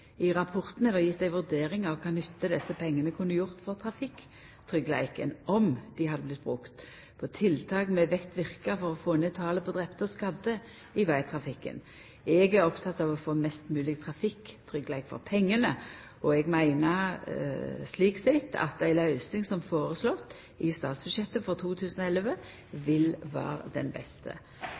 I rapporten er det gjeve ei vurdering av kva nytte desse pengane kunne gjort for trafikktryggleiken om dei hadde vorte brukt på tiltak vi veit verkar for å få ned talet på drepne og skadde i vegtrafikken. Eg er oppteken av å få mest mogleg trafikktryggleik for pengane. Eg meiner slik sett at ei løysing som føreslått i statsbudsjettet for 2011 vil vera den beste.